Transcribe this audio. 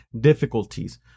difficulties